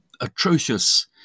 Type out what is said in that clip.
atrocious